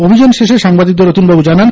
অভিযান শেষে সাংবাদিকদের অতীনবাবু জানান